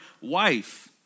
wife